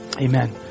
Amen